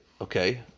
okay